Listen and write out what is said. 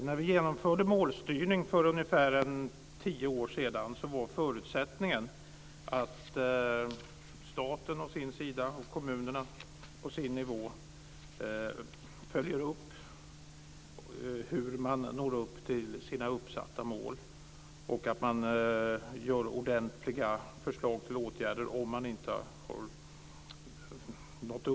När vi genomförde målstyrningen för ungefär tio år sedan var det en förutsättning att staten å sin sida och kommunerna på sin nivå skulle följa upp hur man når sina uppsatta mål och att man gör ordentliga förslag till åtgärder om målen inte uppnåtts.